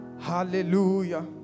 hallelujah